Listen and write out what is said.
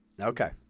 Okay